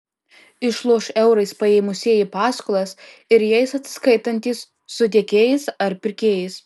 išloš eurais paėmusieji paskolas ir jais atsiskaitantys su tiekėjais ar pirkėjais